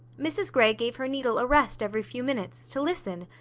mrs grey gave her needle a rest every few minutes, to listen!